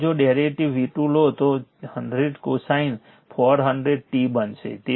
તેથી જો derivative V2 લો તો 100 cosine 400 t બનશે